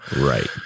Right